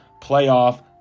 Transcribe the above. playoff